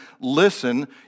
Listen